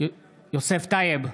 יוסף טייב,